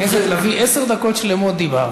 חברת הכנסת לביא, עשר דקות שלמות דיברת.